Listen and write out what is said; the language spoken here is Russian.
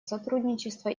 сотрудничества